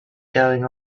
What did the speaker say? going